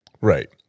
right